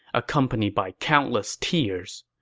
accompanied by countless tears.